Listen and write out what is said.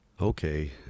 Okay